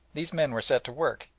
these men were set to work,